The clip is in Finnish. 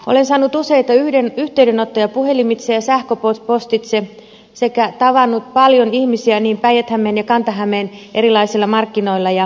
olen saanut useita yhteydenottoja puhelimitse ja sähköpostitse sekä tavannut paljon ihmisiä päijät hämeen ja kanta hämeen erilaisilla markkinoilla ja tapahtumissa